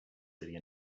leading